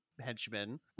henchmen